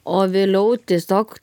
o vėliau tiesiog